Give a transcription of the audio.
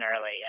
early